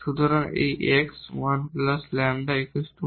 সুতরাং এই x 1 λ 1